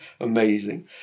Amazing